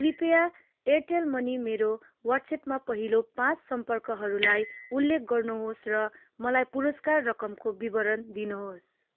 कृपया Airtel money मेरो वाट्सएपमा पहिलो पाँच सम्पर्कहरूलाई उल्लेख गर्नुहोस् र मलाई पुरस्कार रकमको विवरण दिनुहोस्